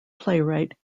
playwright